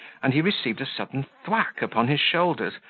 and he received a sudden thwack upon his shoulders,